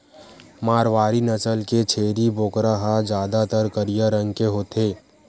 मारवारी नसल के छेरी बोकरा ह जादातर करिया रंग के होथे